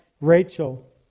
Rachel